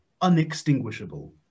unextinguishable